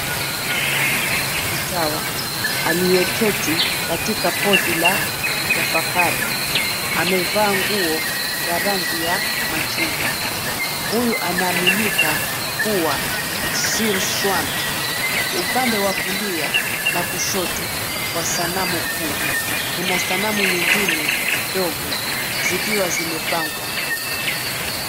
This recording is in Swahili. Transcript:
Mtaalamu wa mtawa aliyeketi katika pozi la kutafakari, amevaa nguo za rangi ya machungwa. Huyu anaaminika kuwa Shirshwam. Upande wa kulia na kushoto wa sanamu kuu kuna sanamu nyingine ndogo zikiwa zimepangwa.